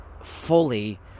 fully